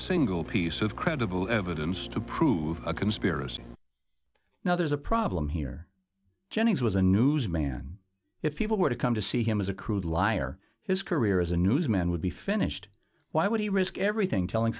single piece of credible evidence to prove a conspiracy now there's a problem here jennings was a newsman if people were to come to see him as a crude liar his career as a newsman would be finished why would he risk everything telling